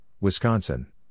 Wisconsin